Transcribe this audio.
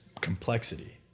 complexity